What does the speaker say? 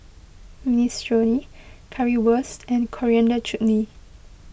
Minestrone Currywurst and Coriander Chutney